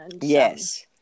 Yes